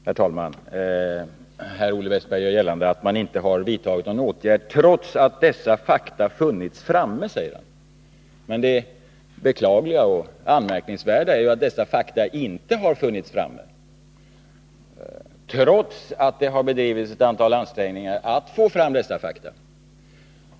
Herr talman! Herr Olle Wästberg gör gällande att man inte vidtagit några åtgärder trots att dessa fakta funnits framme, som han säger. Men det beklagliga och anmärkningsvärda är ju att dessa fakta inte funnits framme — trots att det bedrivits ansträngningar för att få fram dem.